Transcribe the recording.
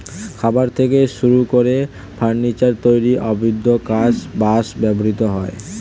খাবার থেকে শুরু করে ফার্নিচার তৈরি অব্ধি কাজে বাঁশ ব্যবহৃত হয়